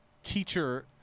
teacher